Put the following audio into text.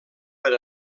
per